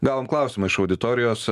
gavom klausimą iš auditorijos